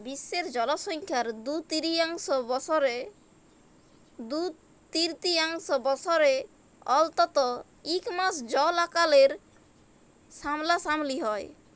বিশ্বের জলসংখ্যার দু তিরতীয়াংশ বসরে অল্তত ইক মাস জল আকালের সামলাসামলি হ্যয়